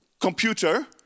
computer